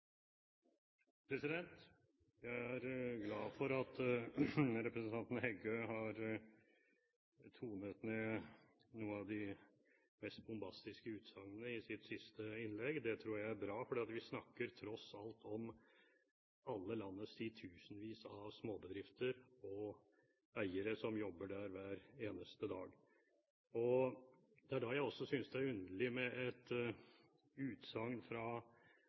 historie. Jeg er glad for at representanten Heggø tonet ned noen av de mest bombastiske utsagnene i sitt siste innlegg. Det tror jeg er bra, for vi snakker tross alt om alle landets titusenvis av småbedrifter og om eiere som jobber der hver eneste dag. Det er da jeg også synes det er underlig med et utsagn fra